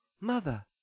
Mother